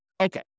Okay